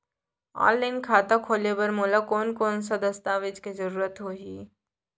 Online खाता खोले बर मोला कोन कोन स दस्तावेज के जरूरत होही?